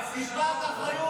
טיפת אחריות.